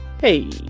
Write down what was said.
Hey